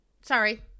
Sorry